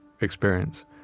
experience